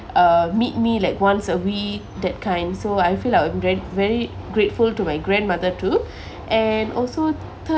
uh meet me like once a week that kind so I feel like I'm ver~ very grateful to my grandmother too and also third